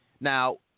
Now